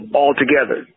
altogether